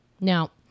Now